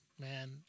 man